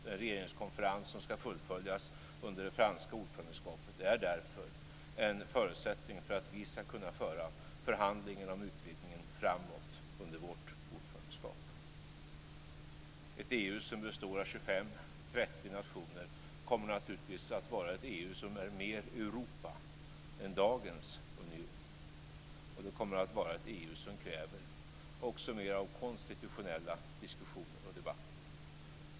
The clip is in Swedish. Den regeringskonferens som ska fullföljas under det franska ordförandeskapet är därför en förutsättning för att vi ska kunna föra förhandlingen om utvidgningen framåt under vårt ordförandeskap. Ett EU som består av 25-30 nationer kommer naturligtvis att vara ett EU som är mer Europa än dagens union, och det kommer att vara ett EU som också kräver mer av konstitutionella diskussioner och debatter.